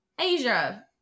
Asia